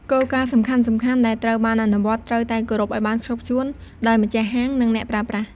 គោលការណ៍សំខាន់ៗ ដែលត្រូវបានអនុវត្ត ត្រូវតែ គោរពឱ្យបានខ្ជាប់ខ្ជួន ដោយ ម្ចាស់ហាង និង អ្នកប្រើប្រាស់។